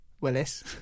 Willis